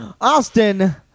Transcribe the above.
Austin